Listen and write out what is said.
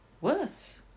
worse